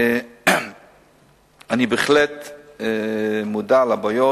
אני בהחלט מודע לבעיות.